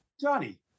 Johnny